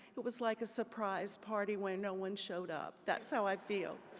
it was like a surprise party where no one showed up. that's how i feel.